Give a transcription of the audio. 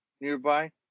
nearby